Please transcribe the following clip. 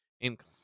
income